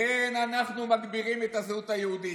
כן, אנחנו מגדירים את הזהות היהודית.